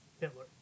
Hitler